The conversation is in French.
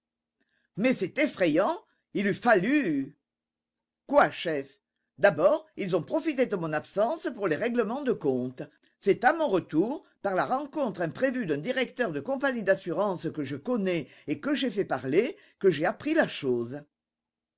mais c'est effrayant il eût fallu quoi chef d'abord ils ont profité de mon absence pour les règlements de compte c'est à mon retour par la rencontre imprévue d'un directeur de compagnie d'assurances que je connais et que j'ai fait parler que j'ai appris la chose